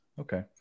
Okay